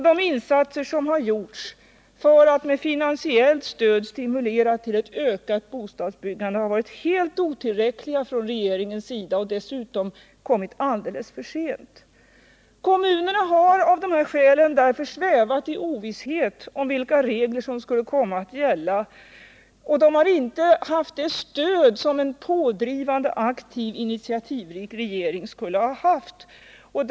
De insatser som har gjorts för att med finansiellt stöd stimulera till ett ökat bostadsbyggande har varit helt otillräckliga från regeringens sida och dessutom kommit alldeles för sent. Kommunerna har av dessa skäl svävat i ovisshet om vilka regler som skulle komma att gälla, och de har inte haft det stöd som en pådrivande, aktiv, initiativrik regering skulle ha gett dem.